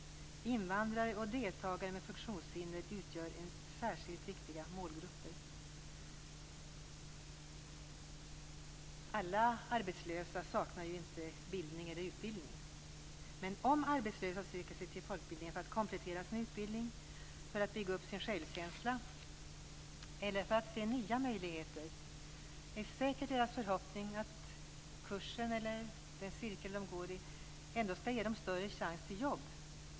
Invandrare och deltagare med funktionshinder utgör särskilt viktiga målgrupper." Alla arbetslösa saknar ju inte bildning eller utbildning. Men om arbetslösa söker sig till folkbildningen för att komplettera sin utbildning och bygga upp sin självkänsla eller för att se nya möjligheter, är det säkert deras förhoppning att den kurs eller den cirkel som de går i ändå skall ge dem en större chans till jobb.